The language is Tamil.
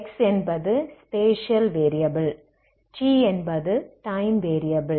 x என்பது ஸ்பேஷியல் வேரியபில் t என்பது டைம் வேரியபில்